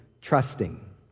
trusting